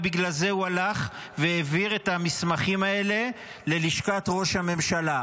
ובגלל זה הוא הלך והעביר את המסמכים האלה ללשכת ראש הממשלה.